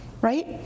Right